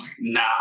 nah